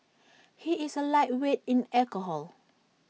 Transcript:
he is A lightweight in alcohol